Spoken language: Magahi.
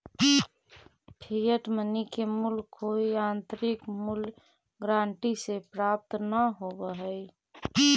फिएट मनी के मूल्य कोई आंतरिक मूल्य गारंटी से प्राप्त न होवऽ हई